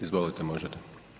Izvolite, možete.